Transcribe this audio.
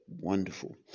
wonderful